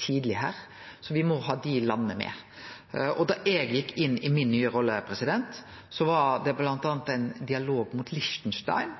tidleg. Me må ha desse landa med. Da eg gjekk inn i den nye rolla mi, var det bl.a. ein dialog med Liechtenstein.